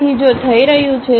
તેથી જો થઈ રહ્યું છે